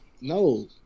No